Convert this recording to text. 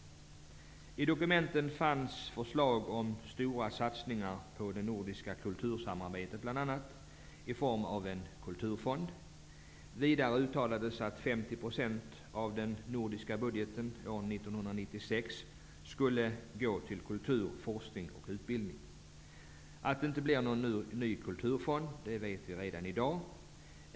I dokumenten fanns förslag om stora satsningar på det nordiska kultursamarbetet, bl.a. i form av en kulturfond. Vidare uttalades att 50 % av den nordiska budgeten under 1996 skulle gå till kultur, forskning och utbildning. Att det inte blir någon ny kulturfond vet vi redan i dag.